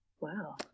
Wow